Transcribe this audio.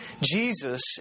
Jesus